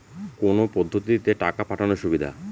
কোন পদ্ধতিতে টাকা পাঠানো সুবিধা?